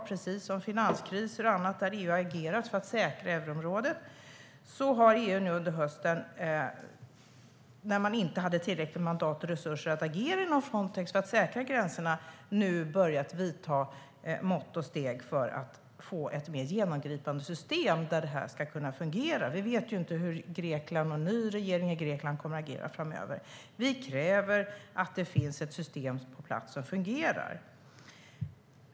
Precis som vid finanskriser och annat där EU agerar för att säkra euroområdet har EU under hösten, när man inte hade tillräckliga mandat och resurser att agera inom Frontex för att säkra gränserna, börjat vidta mått och steg för att få ett mer genomgripande system där det här ska kunna fungera. Vi vet inte hur Grekland och en ny regering i Grekland kommer att agera framöver. Vi kräver att det finns ett system på plats som fungerar.